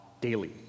daily